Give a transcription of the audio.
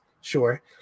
Sure